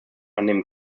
annehmen